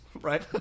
Right